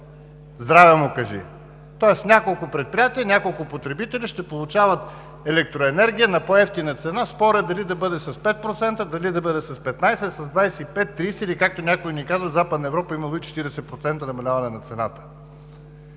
здраве му кажи! Тоест няколко предприятия, няколко потребители ще получават електроенергия на по-евтина цена. Спорът е дали да бъде с 5%, дали да бъде с 15, с 25, с 30, или както някой ни каза: в Западна Европа имало и 40% намаляване на цената.